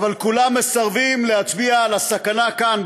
אבל כולם מסרבים להצביע על הסכנה כאן,